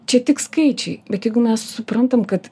čia tik skaičiai bet jeigu mes suprantam kad